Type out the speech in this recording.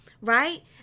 right